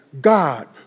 God